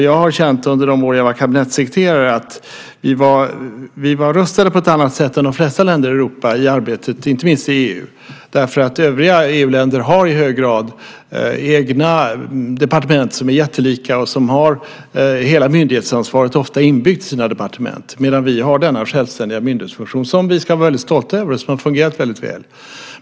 Jag har känt, under de år jag var kabinettssekreterare, att vi var rustade på ett annat sätt än de flesta länder i Europa i arbetet, inte minst i EU, därför att övriga EU-länder i hög grad har departement som är jättelika och som ofta har hela myndighetsansvaret inbyggt i departementen, medan vi har denna självständiga myndighetsfunktion som vi ska vara väldigt stolta över och som har fungerat väldigt väl.